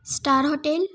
star hotel